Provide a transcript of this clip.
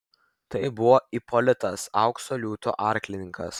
tai buvo ipolitas aukso liūto arklininkas